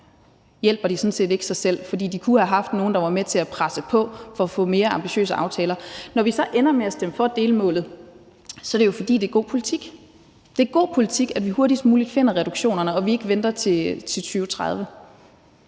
hjælper de sådan set ikke sig selv, for de kunne have haft nogle med, der var med til at presse på for at få mere ambitiøse aftaler. Når vi så ender med at stemme for delmålet, er det jo, fordi det er god politik. Det er god politik, at vi hurtigst muligt finder reduktionerne, og at vi ikke venter til 2030.